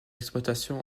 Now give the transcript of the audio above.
exploitation